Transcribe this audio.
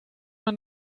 man